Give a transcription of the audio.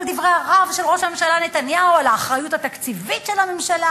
דברי הרהב של ראש הממשלה נתניהו על האחריות התקציבית של הממשלה.